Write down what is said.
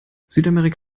südamerika